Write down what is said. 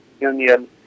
union